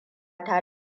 ta